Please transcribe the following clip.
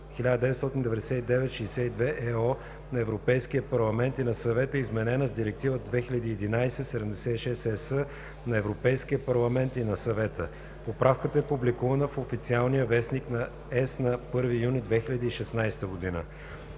1999/62/ЕО на Европейския парламент и на Съвета, изменена с Директива 2011/76/ЕС на Европейския парламент и на Съвета. Поправката е публикувана в „Официалния вестник“ на Европейския съюз на